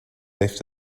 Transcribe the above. left